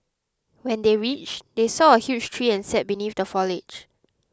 when they reached they saw a huge tree and sat beneath the foliage